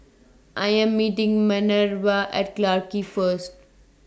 I Am meeting Manervia At Clarke Quay First